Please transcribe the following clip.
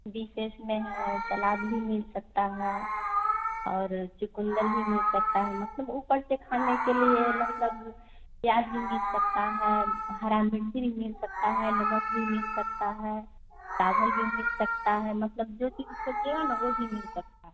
विशेष में है सलाद भी मिल सकता है और चुकंदर भी मिल सकता है मतलब ऊपर से खाने के लिए मतलब प्याज़ भी मिल सकता है हरी मिर्ची भी मिल सकता है नमक भी मिल सकता है चावल भी मिल सकता है मतलब जो चीज़ सोचिए ना वो चीज़ मिल सकता है